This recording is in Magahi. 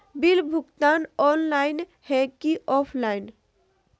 बिल भुगतान ऑनलाइन है की ऑफलाइन?